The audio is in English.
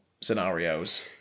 scenarios